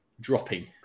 dropping